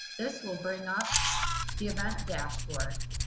this will bring up the event dashboard.